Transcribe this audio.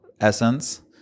essence